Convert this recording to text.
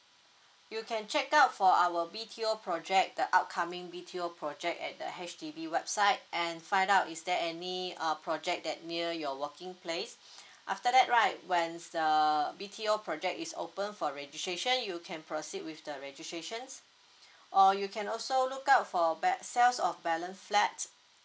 you can check out for our B T O project the upcoming B T O project at the H_D_B website and find out is there any uh project that near your working place after that right when's the B T O project is open for registration you can proceed with the registrations or you can also look out for bal~ sales of balance flat